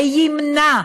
וימנע,